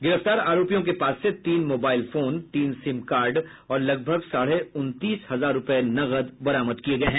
गिरफ्तार आरोपियों के पास से तीन मोबाइल फोन तीन सिम कार्ड और लगभग साढ़े उन्तीस हजार रुपये नकद बरामद किए गए हैं